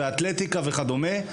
לעסוק באתלטיקה וכדומה,